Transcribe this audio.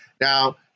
Now